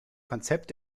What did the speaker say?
konzept